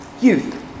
youth